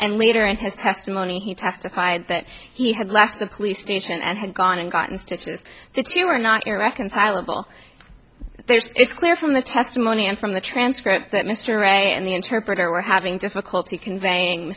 and later in his testimony he testified that he had left the police station and had gone and gotten stitches but you are not irreconcilable there's it's clear from the testimony and from the transcript that mr ray and the interpreter were having difficulty conveying